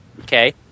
Okay